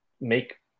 make